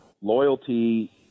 loyalty